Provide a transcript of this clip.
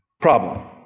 Problem